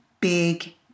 big